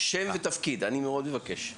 אני מאוד מבקש.